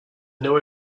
know